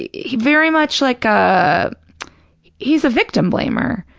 yeah very much like, ah he's a victim-blamer,